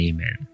Amen